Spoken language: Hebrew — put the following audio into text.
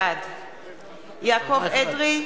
בעד יעקב אדרי,